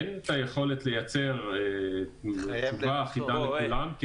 אין היכולת לייצר תשובה אחידה לכולם.